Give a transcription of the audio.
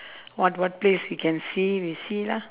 what what place he can see we'll see lah